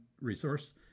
resource